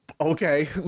Okay